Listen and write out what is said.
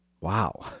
wow